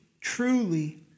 truly